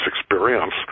experience